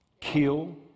Kill